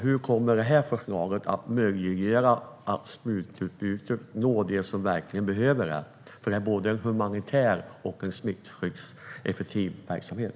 Hur kommer förslaget att möjliggöra att sprututbytesverksamheten når dem som verkligen behöver den? Det är en både humanitär och smittskyddseffektiv verksamhet.